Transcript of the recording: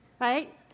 Right